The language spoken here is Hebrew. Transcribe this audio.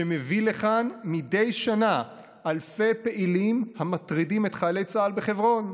שמביא לכאן מדי שנה אלפי פעילים המטרידים את חיילי צה"ל בחברון,